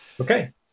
Okay